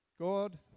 God